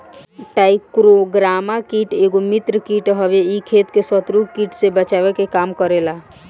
trichogramma कीट एगो मित्र कीट हवे इ खेत के शत्रु कीट से बचावे के काम करेला